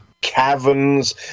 caverns